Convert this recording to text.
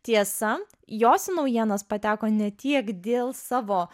tiesa jos į naujienas pateko ne tiek dėl savo